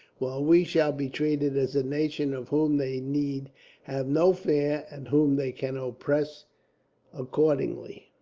while we shall be treated as a nation of whom they need have no fear, and whom they can oppress accordingly.